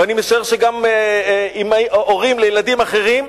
ואני משער שגם הורים לילדים אחרים,